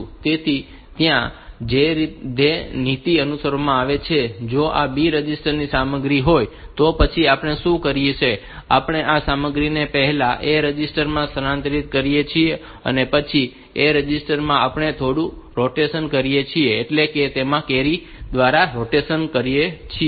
તેથી ત્યાં જે નીતિ અનુસરવામાં આવે છે તેમાં જો આ B રજિસ્ટર ની સામગ્રી હોય તો પછી આપણે શું કરીએ કે આપણે આ સામગ્રીને પહેલા A રજિસ્ટર માં સ્થાનાંતરિત કરીએ છીએ અને પછી A રજિસ્ટર માં આપણે થોડું રોટેશન કરીએ છીએ એટલે કે તેમાં આપણે કેરી દ્વારા રોટેશન કરીએ છીએ